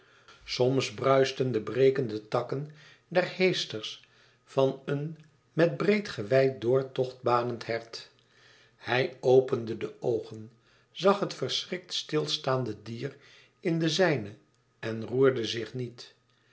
bruischten de brekende takken der heesters van een met breed gewei doortocht banend hert hij opende de oogen zag het verschrikt stil staande dier in de zijne en roerde zich niet